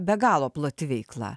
be galo plati veikla